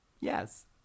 Yes